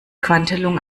quantelung